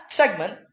segment